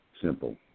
simple